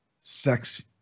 sex